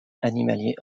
animalier